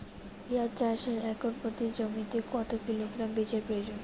পেঁয়াজ চাষে একর প্রতি জমিতে কত কিলোগ্রাম বীজের প্রয়োজন?